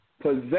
Possess